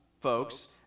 folks